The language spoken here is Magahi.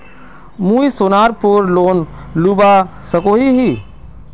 मुई सोनार पोर लोन लुबा सकोहो ही?